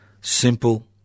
Simple